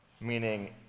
Meaning